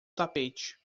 tapete